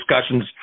discussions